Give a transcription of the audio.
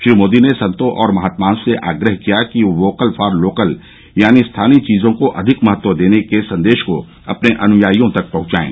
श्री मोदी ने संतों और महात्माओं से आग्रह किया कि वे वोकल फॉर लोकल यानी स्थानीय चीजों को अधिक महत्व देने के संदेश को अपने अन्यायियों तक पहंचाएं